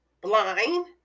blind